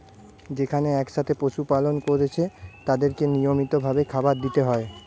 যেখানে একসাথে পশু পালন কোরছে তাদেরকে নিয়মিত ভাবে খাবার দিতে হয়